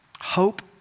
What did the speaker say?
Hope